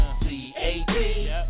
C-A-T